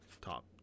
top